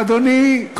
ואדוני,